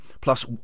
plus